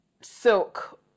silk